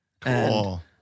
Cool